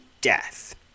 death